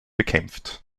bekämpft